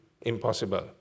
impossible